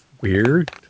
weird